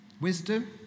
Wisdom